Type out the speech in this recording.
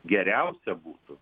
geriausia būtų